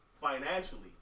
financially